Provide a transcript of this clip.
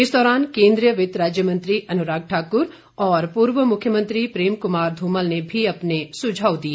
इस दौरान कोन्द्रीय वित्त राज्य मंत्री अनुराग ठाकुर और पूर्व मुख्यमंत्री प्रेम कुमार धूमल ने भी अपने सुझाव दिए